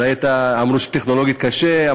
ואמרו שטכנולוגית זה קשה,